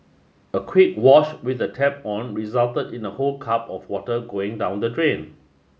a quick wash with the tap on resulted in a whole cup of water going down the drain